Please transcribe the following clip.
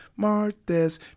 martes